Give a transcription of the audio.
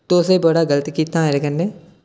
तुसें एह् बड़ा गलत कीता ऐ मेरे कन्नै